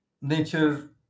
Nature